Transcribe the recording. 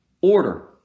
order